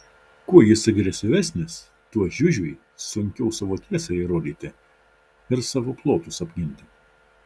kuo jis agresyvesnis tuo žiužiui sunkiau savo tiesą įrodyti ir savus plotus apginti